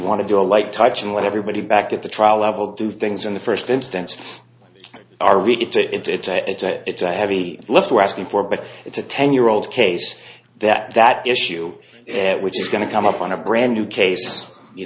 want to do a light touch and let everybody back at the trial level do things in the first instance are read it to it's a it's a heavy lift we're asking for but it's a ten year old case that that issue which is going to come up on a brand new case you